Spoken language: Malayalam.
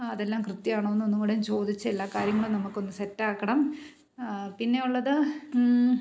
അതെല്ലാം കൃത്യമാണോയെന്നുംകൂടി ചോദിച്ച് എല്ലാ കാര്യങ്ങളും നമുക്കൊന്ന് സെറ്റാക്കണം പിന്നെയുള്ളത്